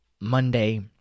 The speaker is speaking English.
Monday